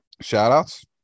shout-outs